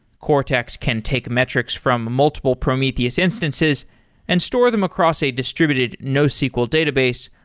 cortex can take metrics from multiple prometheus instances and store them across a distributed no sql database,